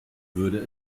würde